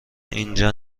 اینجا